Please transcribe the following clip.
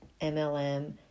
MLM